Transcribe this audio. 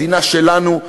מדינה שלנו,